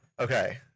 okay